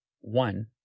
one